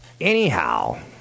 Anyhow